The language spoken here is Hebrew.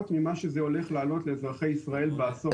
ממה שזה הולך לעלות לאזרחי ישראל בעשור הקרוב.